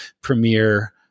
Premiere